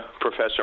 Professor